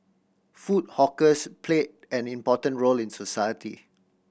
food hawkers played an important role in society